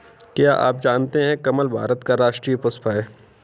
क्या आप जानते है कमल भारत का राष्ट्रीय पुष्प है?